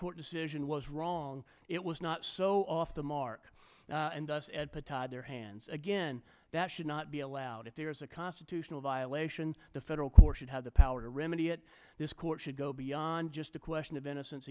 court decision was wrong it was not so off the mark and thus at petard their hands again that should not be allowed if there is a constitutional violation the federal court should have the power to remedy it this court should go beyond just a question of innocence